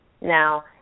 Now